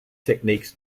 techniques